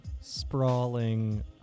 sprawling